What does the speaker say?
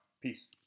Peace